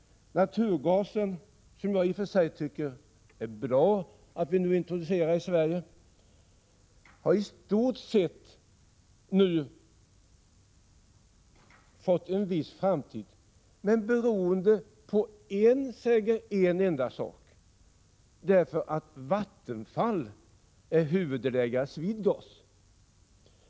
Naturgasen — det är i och för sig bra att den introduceras i Sverige — har nu i själva verket en viss framtid, mer det beror på en enda sak, nämligen att Vattenfall är huvuddelägare i Swedegas.